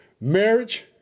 marriage